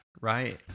right